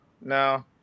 no